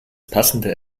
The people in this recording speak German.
passende